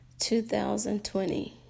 2020